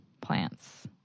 plants